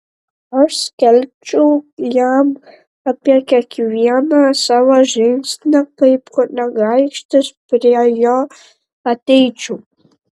aš skelbčiau jam apie kiekvieną savo žingsnį kaip kunigaikštis prie jo ateičiau